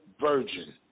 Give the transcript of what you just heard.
virgin